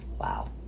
Wow